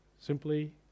simply